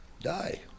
die